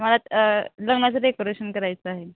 मला लग्नाचं डेकोरेशन करायचं आहे